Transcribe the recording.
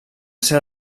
ser